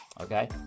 Okay